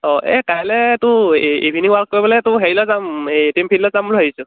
অঁ এই কাইলৈ তোৰ ইভিননিং ৱাক কৰিবলৈ তোৰ হেৰিলে যাম এই এ টিম ফিল্ডত যাম বুলি ভাবিছোঁ